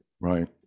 right